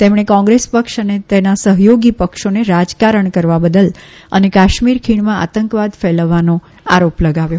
તેમણે કોંગ્રેસ પક્ષ અને તેના સહયોગી પક્ષોને રાજકારણ કરવા બદલ અને કાશ્મીર ખીણમાં આતંકવાદ ફેલાવવાનો આરોપ લગાવ્યો